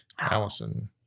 Allison